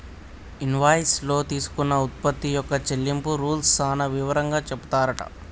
invoice లో తీసుకున్న ఉత్పత్తి యొక్క చెల్లింపు రూల్స్ సాన వివరంగా చెపుతారట